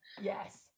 yes